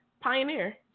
Pioneer